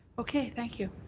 okay. thank you.